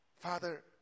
Father